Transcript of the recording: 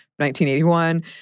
1981